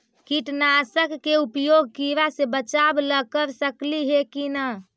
कीटनाशक के उपयोग किड़ा से बचाव ल कर सकली हे की न?